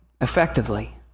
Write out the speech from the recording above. effectively